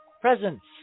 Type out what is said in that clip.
presents